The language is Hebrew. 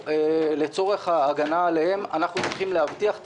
לצורך ההגנה עליהם אנחנו צריכים להבטיח את